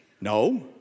No